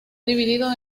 dividido